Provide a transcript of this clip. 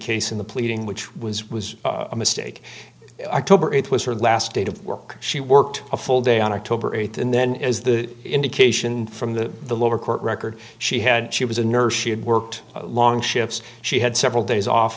case in the pleading which was was a mistake i told her it was her last day of work she worked a full day on october th and then is the indication from the the lower court record she had she was a nurse she had worked long shifts she had several days off